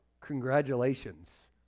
Congratulations